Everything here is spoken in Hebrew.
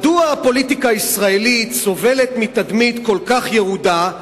מדוע הפוליטיקה הישראלית סובלת מתדמית כל כך ירודה,